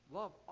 love